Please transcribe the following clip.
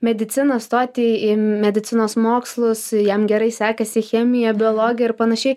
mediciną stoti į medicinos mokslus jam gerai sekėsi chemija biologija ir panašiai